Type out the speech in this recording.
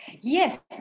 Yes